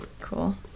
Cool